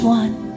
one